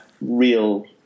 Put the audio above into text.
real